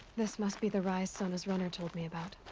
this must be the rise sona's runner told me about.